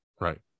Right